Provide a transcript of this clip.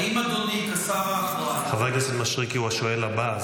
האם אדוני כשר האחראי --- חבר הכנסת מישרקי הוא השואל הבא,